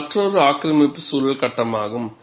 இது மற்றொரு ஆக்கிரமிப்பு சூழல் கட்டமாகும்